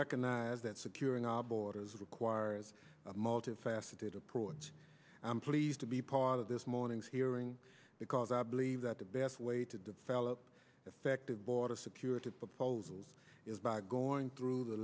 recognize that securing our borders requires a multifaceted approach and i'm pleased to be part of this morning's hearing because i believe that the best way to develop effective border security proposals is by going through the